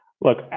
Look